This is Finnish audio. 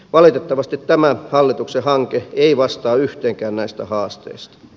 valitettavasti tämä hallituksen hanke ei vastaa yhteenkään näistä haasteista